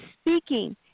speaking